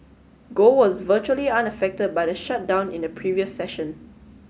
gold was virtually unaffected by the shutdown in the previous session